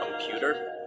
computer